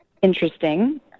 interesting